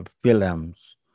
films